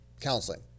counseling